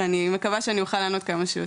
ואני מקווה שאני אוכל לענות כמה שיותר.